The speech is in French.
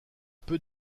peu